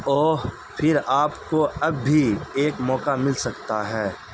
اوہ پھر آپ کو اب بھی ایک موقع مل سکتا ہے